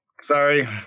Sorry